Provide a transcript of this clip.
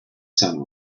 sound